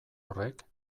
horrek